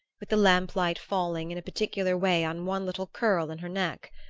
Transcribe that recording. with the lamp-light falling in a particular way on one little curl in her neck.